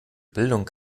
bildung